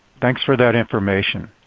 thanks for that information.